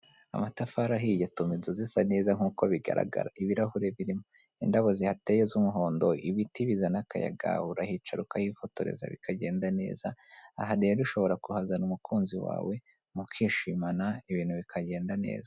Amatafari ahiye atuma inzu zisa neza nk'uko bigaragara. Ibirahuri birimo, indabo zihateye z'umuhondo, ibiti bizana akayaga, urahicara ukahifotoreza bikagenda neza, aha rero ushobora kuhazana umukunzi wawe, mukishimana ibintu bikagenda neza.